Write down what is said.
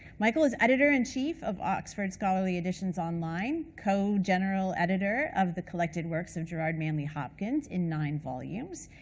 michael is editor in chief of oxford scholarly editions online, co-general editor of the collected works of gerard manley hopkins in nine volumes,